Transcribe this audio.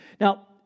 Now